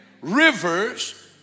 rivers